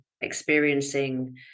experiencing